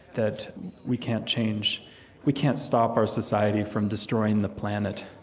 that we can't change we can't stop our society from destroying the planet,